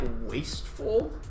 wasteful